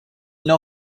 n’en